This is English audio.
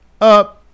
Up